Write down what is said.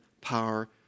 power